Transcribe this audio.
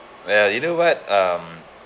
well you know what um